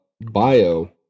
bio